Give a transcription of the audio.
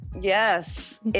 yes